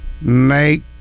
make